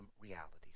realities